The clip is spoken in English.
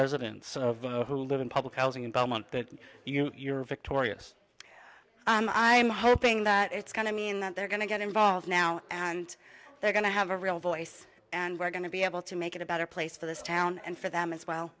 residents who live in public housing in belmont that you are victorious i'm hoping that it's going to mean that they're going to get involved now and they're going to have a real voice and we're going to be able to make it a better place for this town and for them it's well